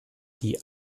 die